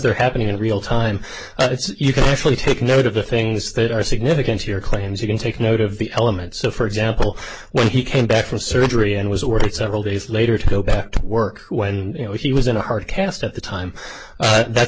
they're happening in real time you can actually take note of the things that are significant to your claims you can take note of the elements so for example when he came back from surgery and was ordered several days later to go back to work when you know he was in a hard cast at the time that